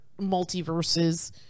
multiverses